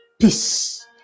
Peace